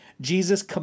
Jesus